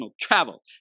travel